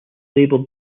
labeled